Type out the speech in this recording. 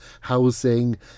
housing